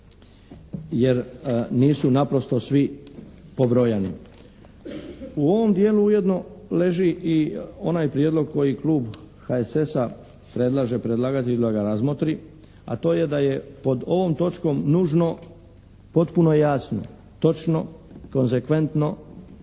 jer nisu naprosto svi pobrojani. U ovom dijelu ujedno leži i onaj prijedlog koji Klub HSS-a predlaže predlagatelju da ga razmotri a to je da je pod ovom točkom nužno potpuno jasno, točno, konzekventno